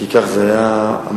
כי כך זה היה אמור,